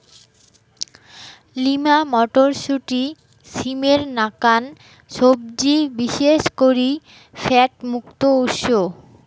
lima মটরশুঁটি, সিমের নাকান সবজি বিশেষ করি ফ্যাট মুক্ত উৎস